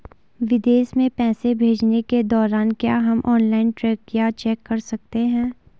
विदेश में पैसे भेजने के दौरान क्या हम ऑनलाइन ट्रैक या चेक कर सकते हैं?